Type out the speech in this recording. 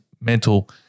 mental